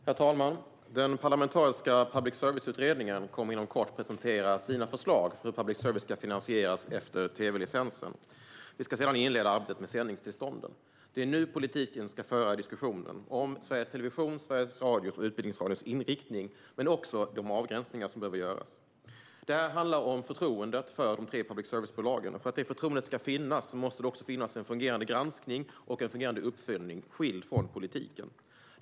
Herr talman! Den parlamentariska public service-utredningen kommer inom kort att presentera sina förslag för hur public service ska finansieras efter tv-licensen. Vi ska sedan inleda arbetet med sändningstillstånden. Det är nu som politiken ska föra diskussionen om Sveriges Televisions, Sveriges Radios och Utbildningsradions inriktning samt om de avgränsningar som behöver göras. Det här handlar om förtroendet för de tre public service-bolagen. För att detta förtroende ska finnas måste det också finnas en fungerande granskning och en fungerande uppföljning som är skild från politiken.